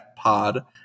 pod